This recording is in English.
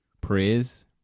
Praise